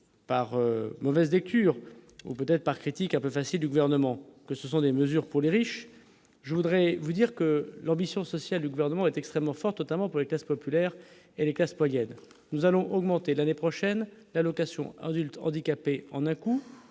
par mauvaise des cultures ou peut-être par critique un peu facile du gouvernement que ce sont des mesures pour les riches, je voudrais vous dire que l'ambition sociale du gouvernement est extrêmement forte, notamment pour les classes populaires et les classes païenne nous allons augmenter l'année prochaine la location adultes handicapés en à-coups